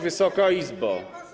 Wysoka Izbo!